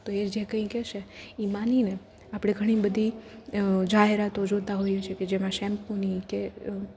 તો એ જે કંઈ કેસે ઈ માનીને આપડે ઘણીબધી જાહેરાતો જોતાં હોઈ છી કે જેમાં શેમ્પૂની કે